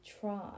try